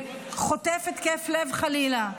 והטייס חוטף התקף לב, חלילה,